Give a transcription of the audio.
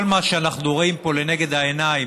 כל מה שאנחנו רואים פה לנגד העיניים